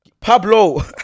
Pablo